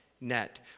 net